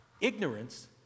Ignorance